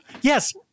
Yes